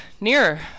nearer